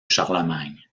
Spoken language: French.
charlemagne